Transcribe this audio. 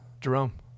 jerome